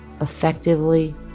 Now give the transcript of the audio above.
effectively